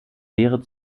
wäre